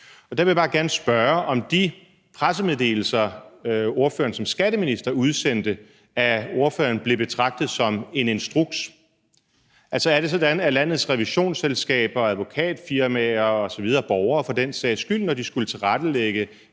Der vil jeg bare gerne spørge, om de pressemeddelelser, ordføreren som skatteminister udsendte, af ordføreren blev betragtet som instrukser? Altså, er det sådan, at landets revisionsselskaber, advokatfirmaer osv., og borgere for den sags skyld, når de skulle tilrettelægge